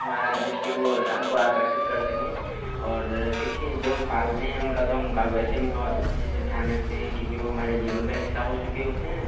हमारी दृष्टि वह हम आकर्षित कर सकें और क्योंकि जो हम पालते हैं उनका तो हम उनका वैसे भी हम बहुत अच्छे से ध्यान रखते हैं क्योंकि वह हमारे जीवन का हिस्सा हो चुके होते हैं